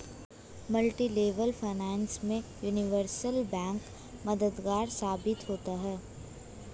multilevel finance में universal bank मददगार साबित होता है